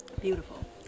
beautiful